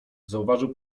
zauważył